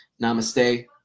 Namaste